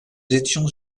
étions